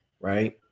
right